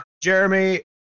jeremy